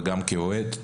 וגם כאוהד.